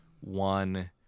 one